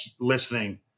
listening